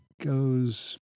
goes